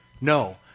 No